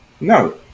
No